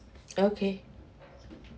okay